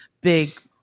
big